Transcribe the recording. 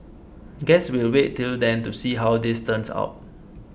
guess we'll wait till then to see how this turns out